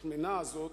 השמנה הזאת,